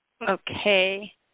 Okay